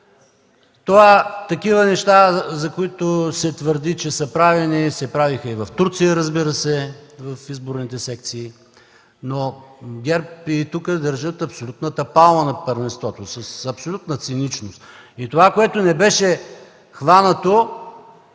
такива неща, за които се твърди, че са правени, се правеха и в Турция в изборните секции, разбира се, но ГЕРБ и тук държат абсолютната палма на първенството с абсолютна циничност. И това, което беше хванато,